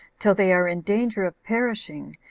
till they are in danger of perishing,